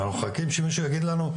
ואנחנו מחכים שמישהו יגיד לנו,